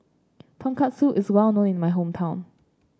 Tonkatsu is well known in my hometown